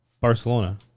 Barcelona